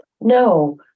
No